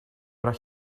where